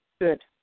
Good